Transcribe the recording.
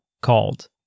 called